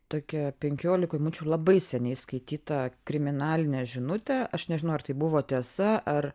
tokią penkiolikoj minučių labai seniai skaitytą kriminalinę žinutę aš nežinau ar tai buvo tiesa ar